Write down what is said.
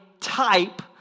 type